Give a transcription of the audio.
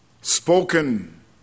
spoken